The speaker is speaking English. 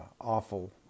awful